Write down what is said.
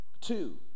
Two